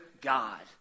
God